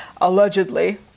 allegedly